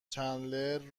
چندلر